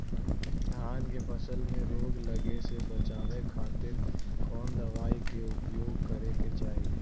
धान के फसल मैं रोग लगे से बचावे खातिर कौन दवाई के उपयोग करें क्या चाहि?